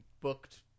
booked